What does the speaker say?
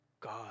God